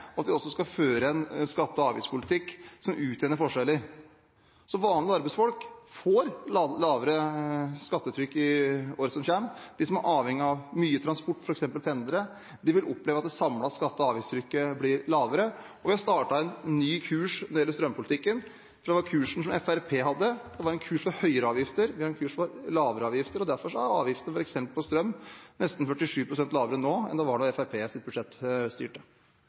Vi skal også føre en skatte- og avgiftspolitikk som utjevner forskjeller. Så vanlige arbeidsfolk får lavere skattetrykk i året som kommer. De som er avhengig av mye transport, f.eks. pendlere, vil oppleve at det samlede skatte- og avgiftstrykket blir lavere. Vi har også startet en ny kurs når det gjelder strømpolitikken, for den kursen Fremskrittspartiet hadde, var en kurs for høyere avgifter. Vi har en kurs for lavere avgifter, og derfor er avgiftene f.eks. på strøm nesten 47 pst. lavere nå enn